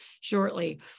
shortly